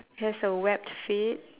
has a webbed feet